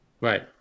Right